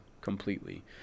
completely